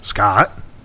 Scott